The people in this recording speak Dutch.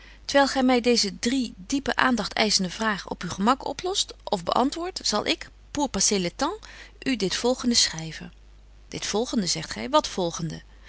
terwyl gy my deeze drie diepen aandagt eischende vragen op uw gemak oplost of beantwoordt zal ik pour passer le tems u dit volgende schryven dit volgende zegt gy wat